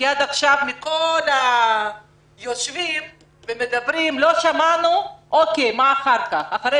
עד עכשיו מכל היושבים ומדברים לא שמענו מה אחר כך,